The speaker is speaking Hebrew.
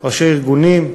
ראשי ארגונים,